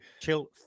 Chill